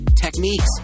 techniques